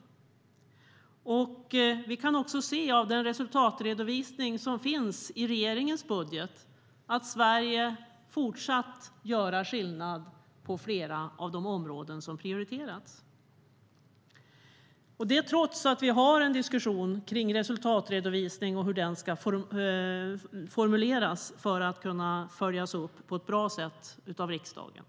Vi kan också se av den resultatredovisning som finns i regeringens budget att Sverige fortsatt gör skillnad på flera av de områden som prioriterats - trots att vi har en diskussion kring resultatredovisningen och hur den ska formuleras för att den ska kunna följas upp på ett bra sätt av riksdagen.